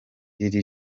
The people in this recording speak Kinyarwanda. lil